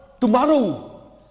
tomorrow